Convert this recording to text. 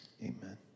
Amen